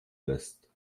west